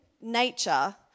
nature